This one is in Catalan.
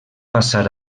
passar